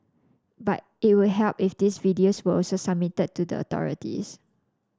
but it would help if these videos were also submitted to the authorities